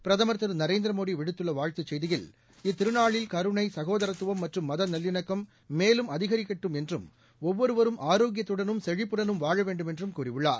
பிரதமர் திருநரேந்திரமோடிவிடுத்துள்ளவாழ்த்துச் செய்தியில் இத்திருநாளில் கருணை சகோதரத்துவம் மற்றும் மதநல்லிணக்கம் மேலும் அதிகரிக்கட்டும் என்றும் ஒவ்வொருவரும் ஆரோக்கியத்துடனும் செழிப்புடனும் வாழவேண்டுமென்றும் கூறியுள்ளார்